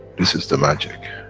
this is the magic.